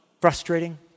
frustrating